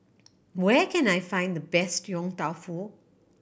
where can I find the best Yong Tau Foo